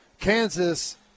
Kansas